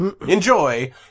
Enjoy